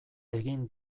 egin